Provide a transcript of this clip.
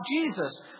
Jesus